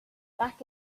back